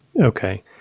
Okay